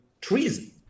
treason